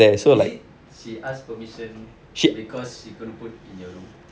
is it she ask permission because she going to put in your room